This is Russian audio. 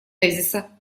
тезиса